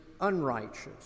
unrighteous